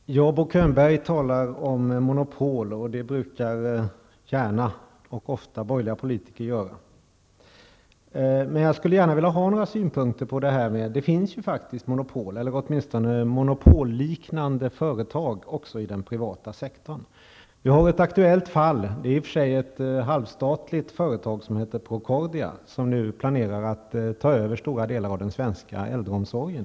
Herr talman! Bo Könberg talar om monopol, och det brukar borgerliga politiker gärna och ofta göra. Men jag skulle gärna vilja ha några synpunkter på detta. Det finns faktiskt monopolliknande företag också i den privata sektorn. Vi har ett aktuellt fall, som i och för gäller sig ett halvstatligt företag som heter Procordia och som nu planerar att ta över stora delar av den svenska äldreomsorgen.